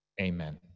amen